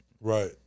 Right